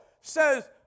says